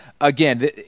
again